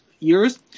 years